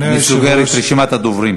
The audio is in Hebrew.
אני סוגר את רשימת הדוברים.